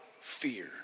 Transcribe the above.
fear